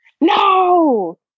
no